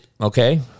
okay